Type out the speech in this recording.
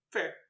Fair